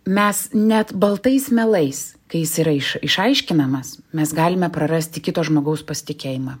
mes net baltais melais kai jis yra išaiškinamas mes galime prarasti kito žmogaus pasitikėjimą